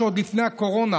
שעוד מלפני הקורונה